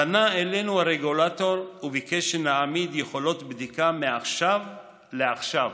"פנה אלינו הרגולטור וביקש שנעמיד יכולות בדיקה מעכשיו לעכשיו".